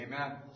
Amen